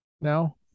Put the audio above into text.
now